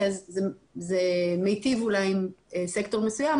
אז זה מיטיב אולי עם סקטור מסוים,